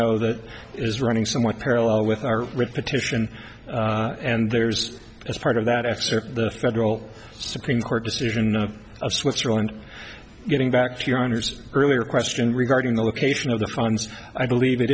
know that is running somewhat parallel with our petition and there's as part of that excerpt the federal supreme court decision of switzerland getting back to your honor's earlier question regarding the location of the funds i believe it